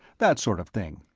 that sort of thing.